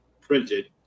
printed